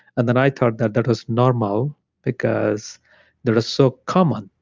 and then i thought that that was normal because they are so common.